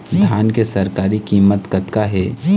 धान के सरकारी कीमत कतका हे?